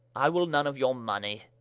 i will none of your money